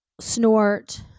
snort